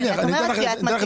אני אתן לך לדבר,